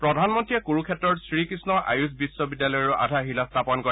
প্ৰধানমন্নীয়ে কুৰুক্ষেত্ৰৰ শ্ৰীকৃষ্ণ আয়ুষ বিশ্ববিদ্যালয়ৰো আধাৰশিলা স্থাপন কৰে